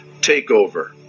takeover